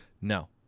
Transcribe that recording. No